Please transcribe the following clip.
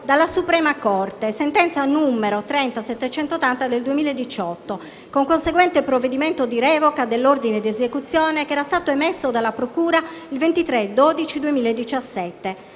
dalla Suprema corte (sentenza n. 30780 del 2018), con conseguente provvedimento di revoca dell'ordine di esecuzione che era stato emesso dalla procura il 23